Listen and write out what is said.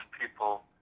people